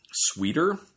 sweeter